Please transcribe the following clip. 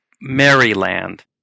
Maryland